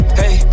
hey